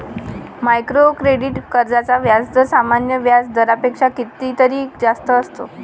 micro credit कर्जांचा व्याजदर सामान्य व्याज दरापेक्षा कितीतरी जास्त असतो